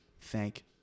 Thank